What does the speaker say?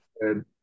good